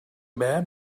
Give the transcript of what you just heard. bad